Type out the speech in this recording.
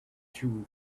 two